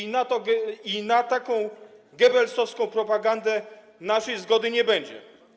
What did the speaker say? I na taką goebbelsowską propagandę naszej zgody nie będzie.